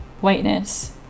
whiteness